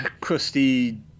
crusty